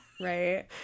Right